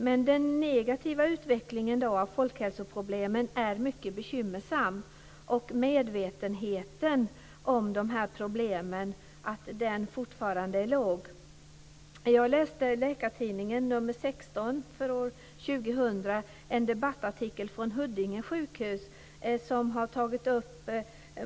Men den negativa utvecklingen när det gäller folkhälsoproblemen är mycket bekymmersam, och medvetenheten om de här problemen är fortfarande låg. Jag läste i Läkartidningen, nr 16 år 2000, en debattartikel från Huddinge Sjukhus.